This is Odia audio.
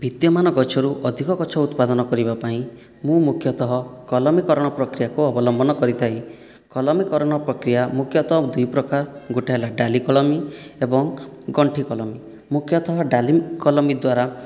ବିଦ୍ୟମାନ ଗଛରୁ ଅଧିକ ଗଛ ଉତ୍ପାଦନ କରିବା ପାଇଁ ମୁଁ ମୁଖ୍ୟତଃ କଲମୀକରଣ ପ୍ରକ୍ରିୟାକୁ ଅବଲମ୍ବନ କରିଥାଏ କଲମୀକରଣ ପ୍ରକ୍ରିୟା ମୁଖ୍ୟତଃ ଦୁଇ ପ୍ରକାର ଗୋଟିଏ ହେଲା ଡାଳି କଲମୀ ଏବଂ ଗଣ୍ଠି କଲମୀ ମୁଖ୍ୟତଃ ଡାଲି କଲମୀ ଦ୍ଵାରା